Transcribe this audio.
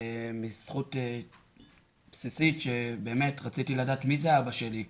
זכות בסיסית שבאמת רציתי לדעת מי זה אבא שלי,